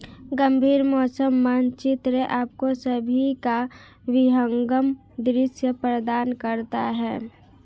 गंभीर मौसम मानचित्र आपको सभी का विहंगम दृश्य प्रदान करता है